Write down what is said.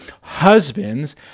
husbands